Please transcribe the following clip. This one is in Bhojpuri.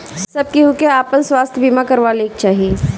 सब केहू के आपन स्वास्थ्य बीमा करवा लेवे के चाही